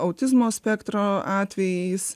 autizmo spektro atvejais